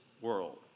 world